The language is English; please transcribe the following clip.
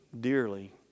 dearly